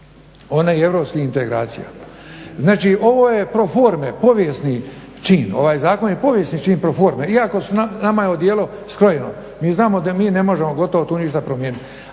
ona je i europskih integracija. Znači, ovo je pro forme, povijesni čin. Ovaj zakon je povijesni čin pro forme. Iako nama je odijelo skrojeno, mi znamo da mi ne možemo gotovo tu ništa promijeniti,